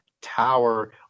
tower